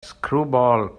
screwball